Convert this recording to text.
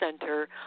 Center